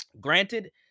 granted